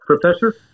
Professor